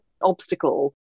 obstacle